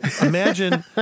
Imagine